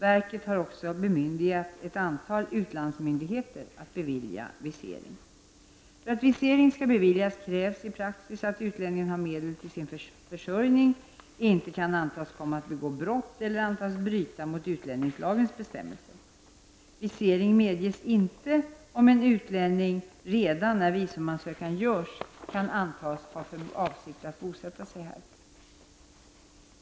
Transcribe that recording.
Verket har också bemyndigat ett antal utlandsmyndigheter att bevilja visering. För att visering skall beviljas krävs i praxis att utlänningen har medel till sin försörjning och att han inte kan antas komma att begå brott eller bryta mot utlänningslagens bestämmelser. Visering medges inte om en utlänning, redan när visumansökan görs, kan antas ha för avsikt att bosätta sig här.